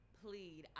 plead